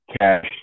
cash